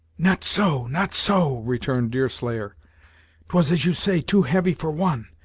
not so not so, returned deerslayer t was, as you say, too heavy for one,